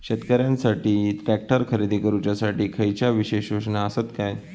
शेतकऱ्यांकसाठी ट्रॅक्टर खरेदी करुच्या साठी खयच्या विशेष योजना असात काय?